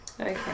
Okay